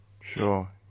Sure